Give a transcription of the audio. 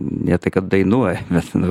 ne tai kad dainuoja bet nu